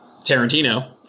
Tarantino